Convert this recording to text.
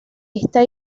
esta